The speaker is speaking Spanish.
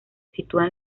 sitúan